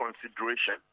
consideration